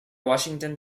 washington